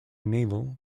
naval